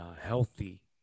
healthy